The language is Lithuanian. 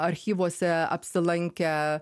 archyvuose apsilankę